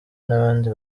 n’abandi